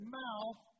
mouth